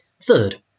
third